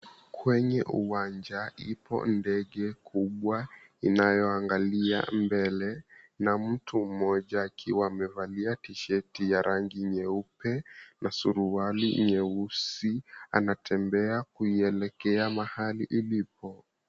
Kwenye uwanja ipo ndege kubwa inayoangalia mbele na mtu mmoja akiwa amevalia tisheti ya rangi nyeupe na suruali nyeusi anatembea kuielekea mahali ilipo.